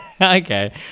Okay